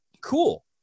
cool